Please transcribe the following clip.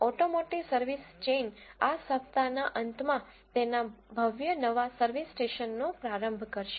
automotive service chain આ સપ્તાહના અંતમાં તેના ભવ્ય નવા સર્વિસ સ્ટેશનનો પ્રારંભ કરશે